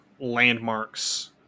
landmarks